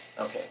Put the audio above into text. Okay